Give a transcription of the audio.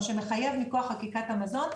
או שמחייב מכוח חקיקת המזון,